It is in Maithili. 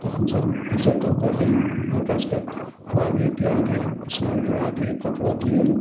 तऽ हमसब इज्जतो करियनि हुनका सबके खुआबी पिआबी स्नान कराबी कपड़ो दियनि